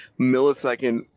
millisecond